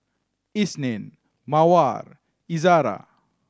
Isnin Mawar Izara